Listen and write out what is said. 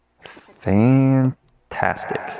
fantastic